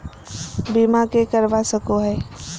बीमा के करवा सको है?